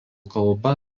kalba